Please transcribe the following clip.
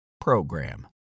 PROGRAM